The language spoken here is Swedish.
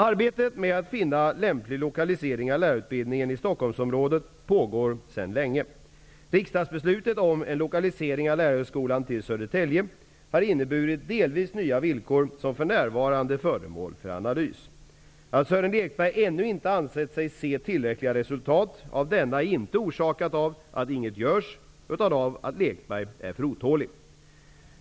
Arbetet med att finna lämplig lokalisering av lärarutbildningen i Stockholmsområdet pågår sedan länge. Riksdagsbeslutet om en lokalisering av Lärarhögskolan till Södertälje har inneburit delvis nya villkor, som för närvarande är föremål för analys. Att Sören Lekberg ännu inte ansett sig se tillräckliga resultat av denna är inte orsakat av att inget görs utan av att Lekberg är för otålig.